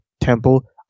temple